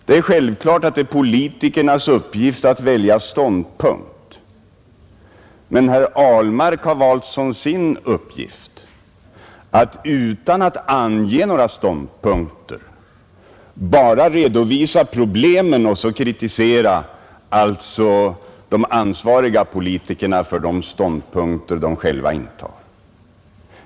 Det är självklart politikernas uppgift att välja ståndpunkt, men herr Ahlmark har valt som sin uppgift att utan att ange några ståndpunkter bara redovisa problemen och så kritisera de ansvariga politikerna för de ståndpunkter som de intar.